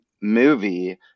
movie